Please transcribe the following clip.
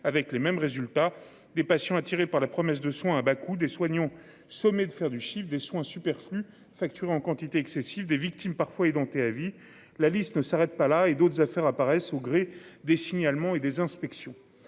avec les mêmes résultats des patients attirés par la promesse de soins à bas coût des soignants sommé de faire du chiffre des soins superflus facturée en quantité excessive des victimes parfois édenté à vie. La liste ne s'arrête pas là et d'autres affaires apparaissent au gré des signalements et des inspections.